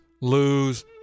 lose